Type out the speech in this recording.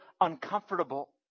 uncomfortable